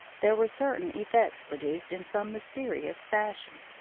there were certain effects produced in some mysterious fashion.